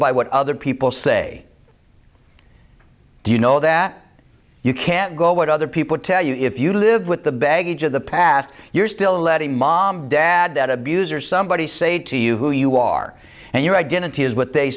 by what other people say do you know that you can't go what other people tell you if you live with the baggage of the past you're still letting mom and dad that abuse or somebody say to you who you are and your identity is what they